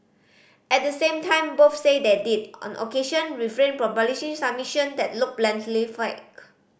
at the same time both say they did on occasion refrain from publishing submission that looked blatantly fake